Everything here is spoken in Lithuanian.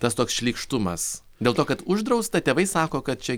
tas toks šlykštumas dėl to kad uždrausta tėvai sako kad čia